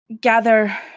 gather